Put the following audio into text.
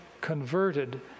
converted